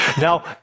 Now